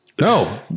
No